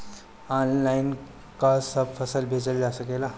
Online का सब फसल बेचल जा सकेला?